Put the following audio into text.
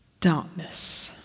Darkness